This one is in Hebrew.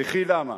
וכי למה?